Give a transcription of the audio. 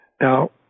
Now